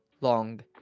long